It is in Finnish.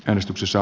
äänestyksessä